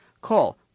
Call